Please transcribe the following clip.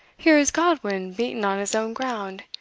here is godwin beaten on his own ground.